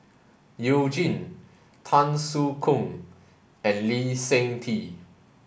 You Jin Tan Soo Khoon and Lee Seng Tee